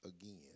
again